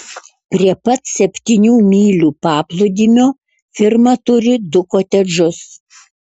prie pat septynių mylių paplūdimio firma turi du kotedžus